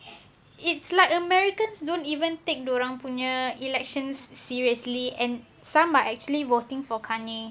it's like americans don't even take dia orang punya elections seriously and some are actually voting for kanye